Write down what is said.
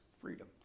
freedom